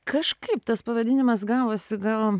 kažkaip tas pavadinimas gavosi gal